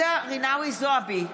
ג'ידא רינאוי זועבי,